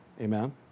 amen